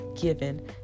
given